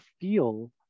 feel